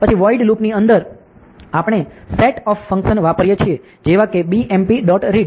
પછી void loop ની અંદર આપણે સેટ ઓફ ફંકશન વાપરીએ છીએ જેવાં કે bmp